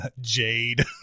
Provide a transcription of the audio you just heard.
jade